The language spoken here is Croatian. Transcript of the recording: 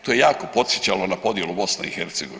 To je jako podsjećalo na podjelu BiH.